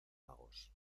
magos